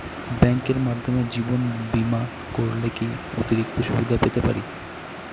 ব্যাংকের মাধ্যমে জীবন বীমা করলে কি কি অতিরিক্ত সুবিধে পেতে পারি?